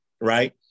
right